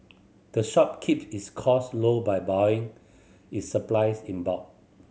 the shop keep its costs low by buying its supplies in bulk